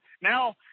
now